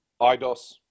IDOS